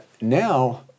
Now